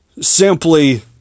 Simply